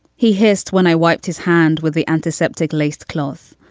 he hissed when i wiped his hand with the antiseptic laced cloth,